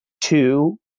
two